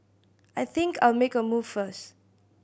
I think I'll make a move first